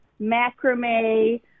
macrame